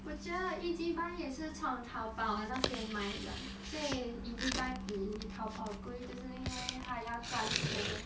我觉得 ezbuy 也是从淘宝的那边买的所以 ezbuy 比淘宝贵就是因为他要赚钱 lor